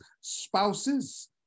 spouses